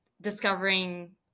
discovering